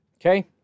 Okay